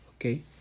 Okay